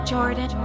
Jordan